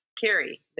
Carrie